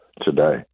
today